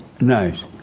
Nice